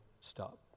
stop